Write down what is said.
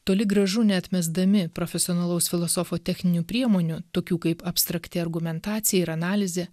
toli gražu neatmesdami profesionalaus filosofo techninių priemonių tokių kaip abstrakti argumentacija ir analizė